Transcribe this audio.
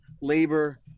labor